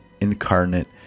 incarnate